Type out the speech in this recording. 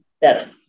better